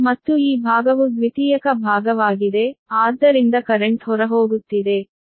ಮತ್ತು ಈ ಭಾಗವು ದ್ವಿತೀಯಕ ಭಾಗವಾಗಿದೆ ಆದ್ದರಿಂದ ಕರೆಂಟ್ ಹೊರಹೋಗುತ್ತಿದೆ